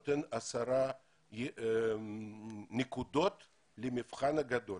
מקבל 10 נקודות למבחן הגדול.